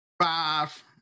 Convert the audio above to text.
Five